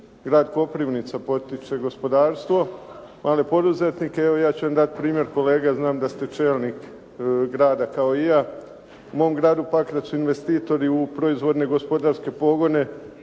Grad Koprivnica potiče gospodarstvo, male poduzetnike? Evo, ja ću dati jedan primjer kolega jer znam da ste čelnik grada kao i ja. U mom Gradu Pakracu investitori u proizvodne gospodarske pogone